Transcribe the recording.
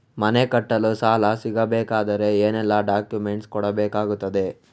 ಮನೆ ಕಟ್ಟಲು ಸಾಲ ಸಿಗಬೇಕಾದರೆ ಏನೆಲ್ಲಾ ಡಾಕ್ಯುಮೆಂಟ್ಸ್ ಕೊಡಬೇಕಾಗುತ್ತದೆ?